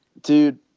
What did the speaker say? Dude